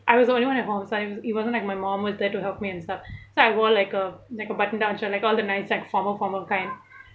I was the only one at home so I was it wasn't like my mum was there to help me and stuff so I wore like a like a button-down shirt like all the nice like formal formal kind